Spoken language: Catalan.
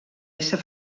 ésser